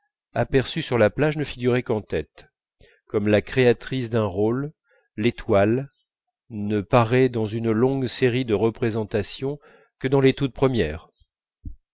aperçue sur la plage ne figurait qu'en tête comme la créatrice d'un rôle l'étoile ne paraît dans une longue série de représentations que dans toutes les premières